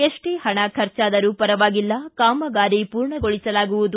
ಎಷ್ಲೇ ಹಣ ಖರ್ಚಾದರೂ ಪರವಾಗಿಲ್ಲ ಕಾಮಗಾರಿ ಪೂರ್ಣಗೊಳಿಸಲಾಗುವುದು